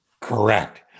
Correct